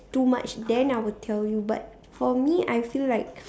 too much then I will tell you but for me I feel like